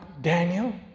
Daniel